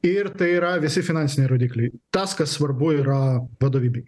ir tai yra visi finansiniai rodikliai tas kas svarbu yra vadovybei